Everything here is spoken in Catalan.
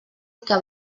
que